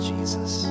Jesus